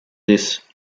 this